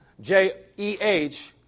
J-E-H